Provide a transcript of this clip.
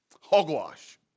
hogwash